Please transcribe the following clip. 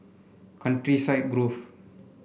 Countryside Grove